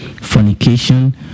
fornication